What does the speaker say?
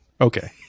Okay